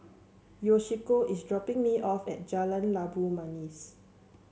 Yoshiko is dropping me off at Jalan Labu Manis